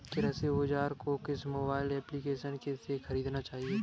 कृषि औज़ार को किस मोबाइल एप्पलीकेशन से ख़रीदना चाहिए?